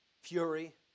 fury